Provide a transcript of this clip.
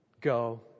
go